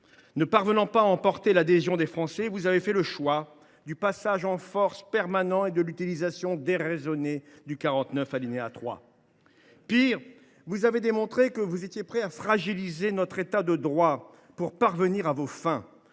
Ne parvenant pas à emporter l’adhésion des Français, vous avez fait le choix du passage en force permanent et de l’utilisation déraisonnée de l’article 49, alinéa 3, de la Constitution. Pire, vous avez démontré que vous étiez prêt à fragiliser notre État de droit pour parvenir à vos fins.